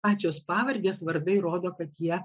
pačios pavardės vardai rodo kad jie